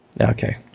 Okay